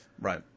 Right